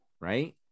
right